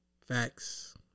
Facts